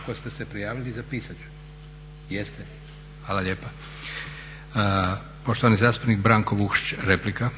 Ako ste se prijavili zapisat ću? Jeste. Hvala lijepa. Poštovani zastupnik Branko Vukšić replika.